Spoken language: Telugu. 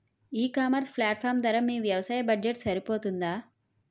ఈ ఇకామర్స్ ప్లాట్ఫారమ్ ధర మీ వ్యవసాయ బడ్జెట్ సరిపోతుందా?